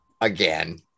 again